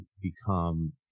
become